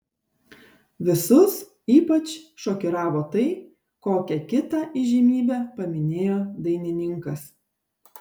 visus ypač šokiravo tai kokią kitą įžymybę paminėjo dainininkas